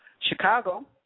Chicago